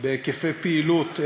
בהיקפי הפעילות,